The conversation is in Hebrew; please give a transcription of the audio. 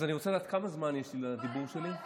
אז אני רוצה לדעת כמה זמן יש לי לדיבור שלי.